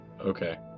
Okay